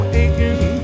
aching